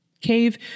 cave